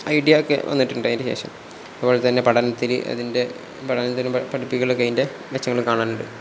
idea ഒക്കെ വന്നിട്ടുണ്ട് അതിന് ശേഷം അതുപോലെ തന്നെ പഠനത്തിൽ അതിൻ്റെ പഠനത്തിൽ പഠിപ്പിക്കലൊക്കെ അതിൻ്റെ മെച്ചങ്ങൾ കാണലുണ്ട്